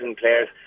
players